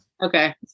Okay